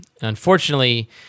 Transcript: Unfortunately